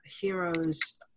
heroes